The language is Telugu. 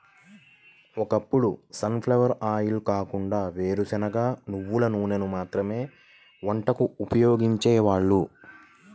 ఒకప్పుడు సన్ ఫ్లవర్ ఆయిల్ కాకుండా వేరుశనగ, నువ్వుల నూనెను మాత్రమే వంటకు ఉపయోగించేవారు